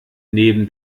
neben